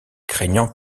craignant